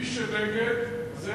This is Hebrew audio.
מי שנגד זה